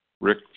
Rick